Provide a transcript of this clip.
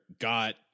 got